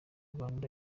rwanda